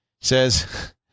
says